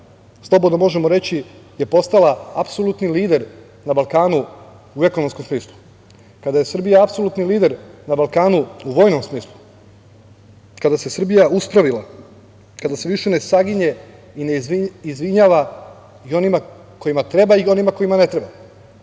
slobodno možemo reći, postala apsolutni lider na Balkanu u ekonomskom smislu, kada je Srbija apsolutni lider na Balkanu u vojnom smislu, kada se Srbija uspravila, kada se više ne saginje i ne izvinjava i onima kojima treba i onima kojima ne treba,